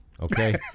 okay